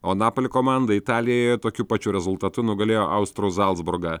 o neapoli komanda italijoje tokiu pačiu rezultatu nugalėjo austrų zalcburgą